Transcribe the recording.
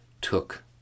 took